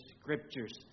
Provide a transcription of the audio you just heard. Scriptures